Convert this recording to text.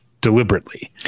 deliberately